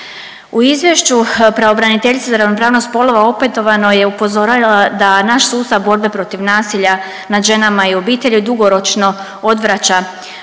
U izvješću pravobraniteljice za ravnopravnost spolova opetovano je upozorila da naš sustav borbe protiv nasilja nad ženama i u obitelji dugoročno odvraća